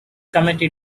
committee